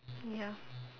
ya